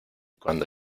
cuando